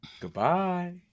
Goodbye